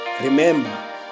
Remember